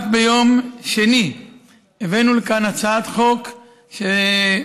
רק ביום שני הבאנו לכאן הצעת חוק ממשלתית,